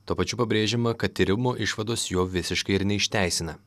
tuo pačiu pabrėžiama kad tyrimo išvados jo visiškai ir neišteisina